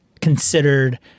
considered